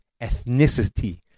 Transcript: ethnicity